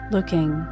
looking